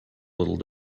little